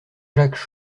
jacques